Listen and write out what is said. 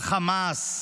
על חמאס,